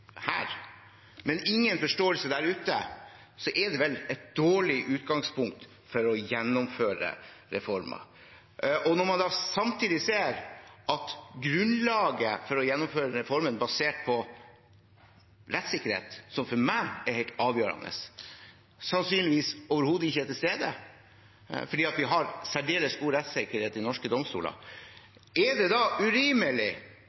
her, men det er ingen forståelse der ute, er det vel et dårlig utgangspunkt for å gjennomføre reformer. Og når man samtidig ser at grunnlaget for å gjennomføre reformen basert på rettssikkerhet, som for meg er helt avgjørende, sannsynligvis overhodet ikke er til stede, for vi har særdeles god rettssikkerhet i norske